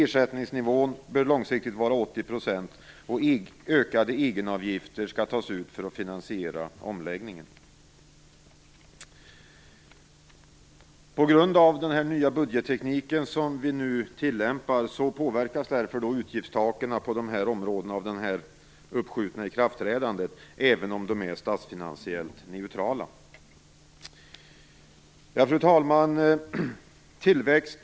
Ersättningsnivån bör långsiktigt vara 80 %, och ökade egenavgifter skall tas ut för att finansiera omläggningen. Fru talman!